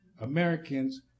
Americans